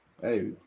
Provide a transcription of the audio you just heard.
Hey